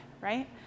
right